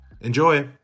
Enjoy